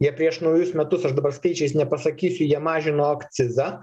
jie prieš naujus metus aš dabar skaičiais nepasakysiu jie mažino akcizą